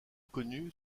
connue